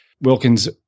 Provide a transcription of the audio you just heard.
Wilkins